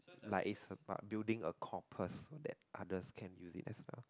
like is about building a compass that other can use it as well